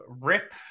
rip